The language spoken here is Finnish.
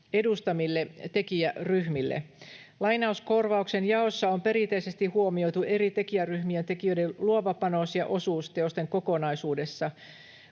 edustamille tekijäryhmille. Lainauskorvauksen jaossa on perinteisesti huomioitu eri tekijäryhmiä ja tekijöiden luova panos ja osuus teosten kokonaisuudessa.